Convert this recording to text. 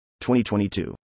2022